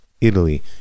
Italy